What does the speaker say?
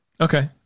Okay